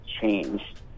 changed